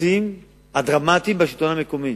לקיצוצים הדרמטיים בשלטון המקומי.